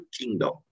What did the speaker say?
kingdom